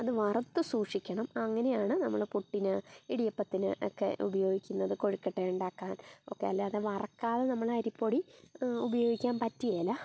അത് വറുത്ത് സൂക്ഷിക്കണം അങ്ങനെയാണ് നമ്മൾ പുട്ടിന് ഇടിയപ്പത്തിന് ഒക്കെ ഉപയോഗിക്കുന്നത് കൊഴുക്കട്ട ഉണ്ടാക്കാൻ ഒക്കെ അല്ലാതെ വറുക്കാതെ നമ്മൾ അരിപ്പൊടി ഉപയോഗിക്കാൻ പറ്റുകേല